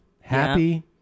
happy